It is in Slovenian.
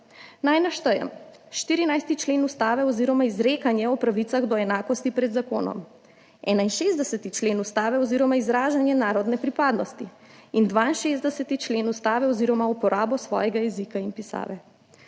Naj naštejem, 14. člen Ustave oziroma izrekanje o pravicah do enakosti pred zakonom, 61. člen Ustave oziroma izražanje narodne pripadnosti in 62. člen Ustave, pravica do uporabe svojega jezika in pisave.